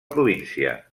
província